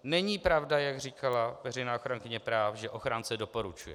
Není pravda, jak říkala veřejná ochránkyně práv, že ochránce doporučuje.